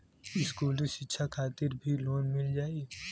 इस्कुली शिक्षा खातिर भी लोन मिल जाई?